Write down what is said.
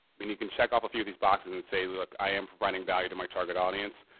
i mean you can check off a few these boxes and say look, i am finding value to my target audience.